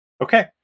Okay